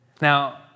Now